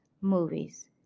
movies